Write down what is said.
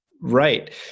right